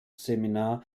seminar